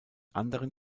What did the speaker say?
anderen